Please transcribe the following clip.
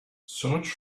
search